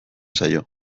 zaio